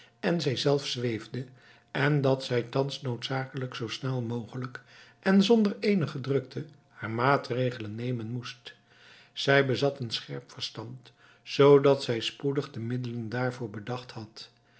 en zijzelf zweefde en dat zij thans noodzakelijk zoo snel mogelijk en zonder eenige drukte haar maatregelen nemen moest zij bezat een scherp verstand zoodat zij spoedig de middelen daarvoor bedacht had